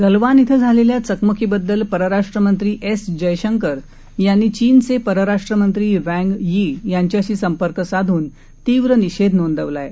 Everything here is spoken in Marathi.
गलवान क्विं झालेल्या चकमकीबद्दल परराष्ट् मंत्री एस जयशंकर यांनी चीनचे परराष्ट्रमंत्री वैंग यी यांच्याशी संपर्क साधून तीव्र निषेध नोंदवलाय